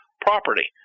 property